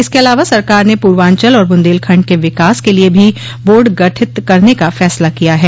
इसके अलावा सरकार ने पूर्वांचल और बुन्देलखंड के विकास के लिये भी बोर्ड गठित करने का फैसला किया है